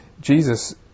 Jesus